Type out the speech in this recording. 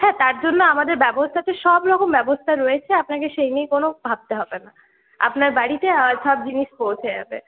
হ্যাঁ তার জন্য তো আমাদের ব্যবস্থা তো সব রকম ব্যবস্থা রয়েছে আপনাকে সেই নিয়ে কোনো ভাবতে হবে না আপনার বাড়িতে আর সব জিনিস পৌঁছে যাবে